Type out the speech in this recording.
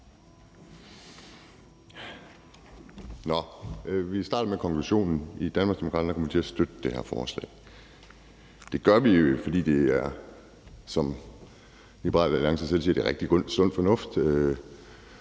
Vi starter med konklusionen: I Danmarksdemokraterne kommer vi til at støtte det her forslag. Det gør vi, fordi det, som Liberal Alliance selv siger, er sund fornuft